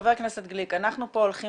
חבר הכנסת גליק, אנחנו פה הולכים